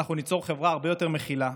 אנחנו ניצור חברה הרבה יותר מכילה,